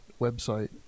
website